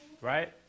right